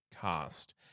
cast